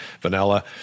vanilla